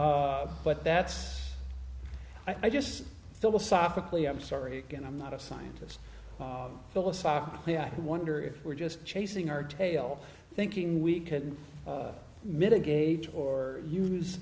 machine but that's i just philosophically i'm sorry again i'm not a scientist philosophically i wonder if we're just chasing our tail thinking we can mitigate or use